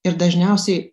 ir dažniausiai